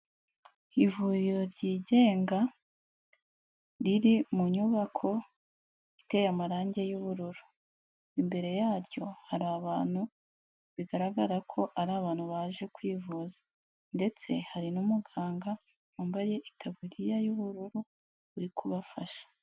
Ivuriro ryigenga riri mu nyubako iteye amarangi y'ubururu, imbere yaryo hari abantu bigaragara ko ari abantu baje kwivuza, ndetse hari n'umuganga wambaye itaburiya y'ubururu uri kubafasha.